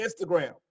Instagram